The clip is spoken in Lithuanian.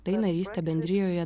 tai narystė bendrijoje